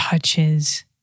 touches